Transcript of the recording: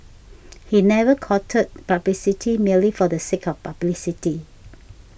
he never courted publicity merely for the sake of publicity